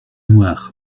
noirs